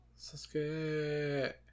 Sasuke